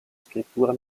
scrittura